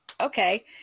Okay